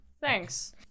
thanks